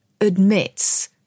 admits